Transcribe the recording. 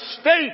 state